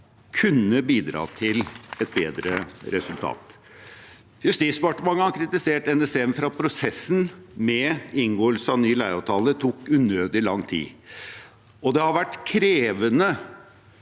kunne bidratt til et bedre resultat. Justisdepartementet har kritisert NSM for at prosessen med inngåelse av ny leieavtale tok unødig lang tid. Det skrives at det har vært krevende